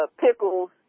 pickles